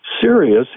serious